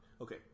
Okay